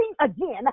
again